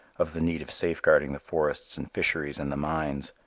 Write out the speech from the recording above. of the need of safeguarding the forests and fisheries and the mines.